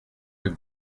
rue